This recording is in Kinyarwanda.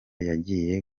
yagiye